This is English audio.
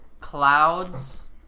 Clouds